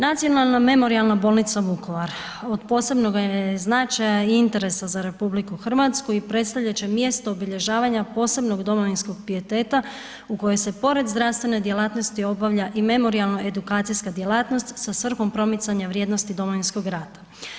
Nacionalna memorijalna bolnica Vukovar od posebnoga je značaja i interesa za RH i predstavljat će mjesto obilježavanja posebnog domovinskog pijeteta, u kojoj se pored zdravstvene djelatnosti obavlja i memorijalno-edukacijska djelatnost sa svrhom promicanja vrijednosti Domovinskog rata.